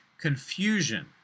confusion